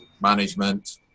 management